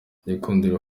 gikundiro